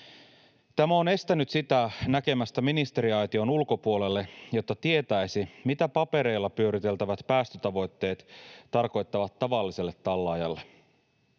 Tämä on estänyt sitä näkemästä ministeriaition ulkopuolelle, jotta se tietäisi, mitä papereilla pyöriteltävät päästötavoitteet tarkoittavat tavalliselle tallaajalle.